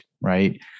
right